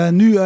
nu